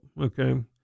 Okay